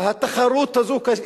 והתחרות הזאת,